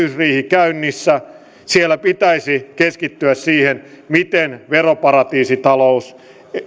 käynnissä siellä pitäisi keskittyä siihen miten veroparatiisitalous